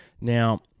Now